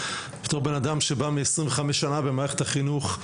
בתור בנאדם שבא מעשרים וחמש שנה במערכת החינוך,